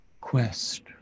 quest